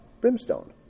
Brimstone